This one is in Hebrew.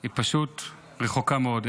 היא פשוט רחוקה מאוד.